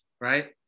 right